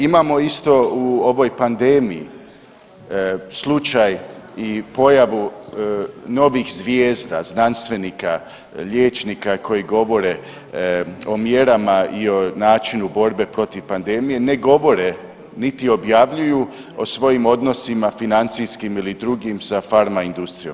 Imamo isto u ovoj pandemiji slučaj i pojavu novih zvijezda, znanstvenika, liječnika koji govore o mjerama i o načinu borbe protiv pandemije, ne govore niti objavljuju o svojim odnosima financijskim ili drugim sa farma industrijom.